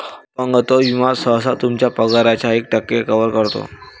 अपंगत्व विमा सहसा तुमच्या पगाराच्या एक टक्के कव्हर करतो